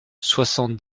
soixante